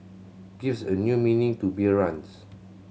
gives a new meaning to beer runs